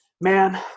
man